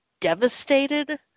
Devastated